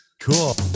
Cool